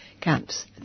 camps